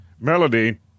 Melody